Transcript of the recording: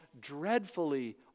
dreadfully